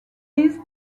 this